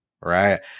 Right